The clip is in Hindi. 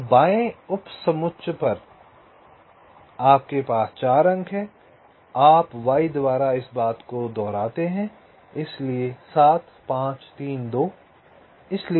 तो अब बाएं उपसमुच्चय पर आपके पास 4 अंक हैं आप y द्वारा इस बात को दोहराते हैं इसलिए 7 5 3 2